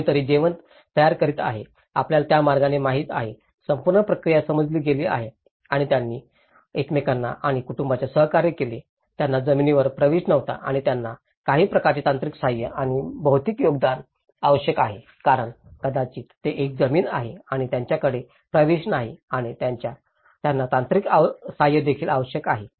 कोणीतरी जेवण तयार करीत आहे आपल्याला त्या मार्गाने माहित आहे संपूर्ण प्रक्रिया समजली गेली आहे आणि त्यांनी एकमेकांना आणि कुटुंबांना सहकार्य केले ज्यांना जमिनीवर प्रवेश नव्हता आणि त्यांना काही प्रकारचे तांत्रिक सहाय्य आणि भौतिक योगदान आवश्यक आहे कारण कदाचित ते एक जमीन आहे आणि त्यांच्याकडे प्रवेश नाही आणि त्यांना तांत्रिक सहाय्य देखील आवश्यक आहे